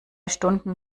stunden